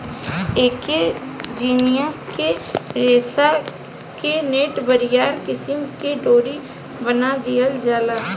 ऐके जयसन के रेशा से नेट, बरियार किसिम के डोरा बना दिहल जाला